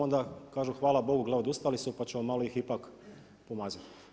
Onda kažu hvala Bogu gle odustali su, pa ćemo malo ih ipak pomaziti.